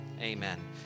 Amen